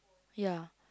ya